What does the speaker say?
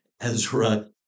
Ezra